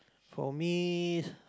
for me